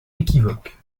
équivoque